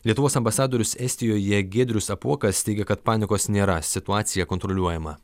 lietuvos ambasadorius estijoje giedrius apuokas teigia kad panikos nėra situacija kontroliuojama